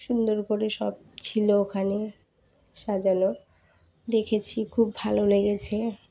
সুন্দর করে সব ছিল ওখানে সাজানো দেখেছি খুব ভালো লেগেছে